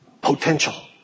potential